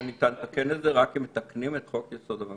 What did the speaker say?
רק אם מתקנים את חוק-יסוד: הממשלה.